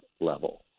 level